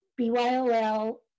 BYOL